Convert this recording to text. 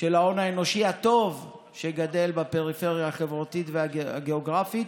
של ההון האנושי הטוב שגדל בפריפריה החברתית והגיאוגרפית.